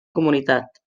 comunitat